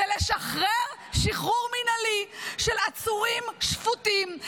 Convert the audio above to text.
היא לשחרר שחרור מינהלי של עצורים שפוטים,